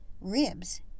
ribs